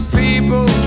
people